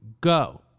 go